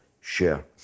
share